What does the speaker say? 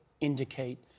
indicate